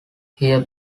here